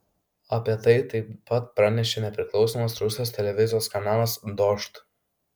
apie tai taip pat pranešė nepriklausomas rusijos televizijos kanalas dožd